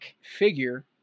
figure